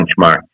benchmark